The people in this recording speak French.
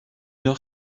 heure